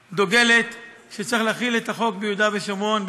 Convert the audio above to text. דוגלת בכך שצריך להחיל את החוק ביהודה ושומרון,